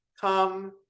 come